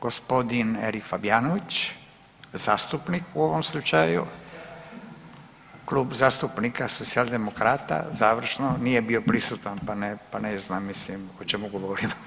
Gospodin Erik Fabijanić zastupnik u ovom slučaju, Klub zastupnika Socijaldemokrata, završno nije bio prisutan pa ne zna mislim o čemu govorimo.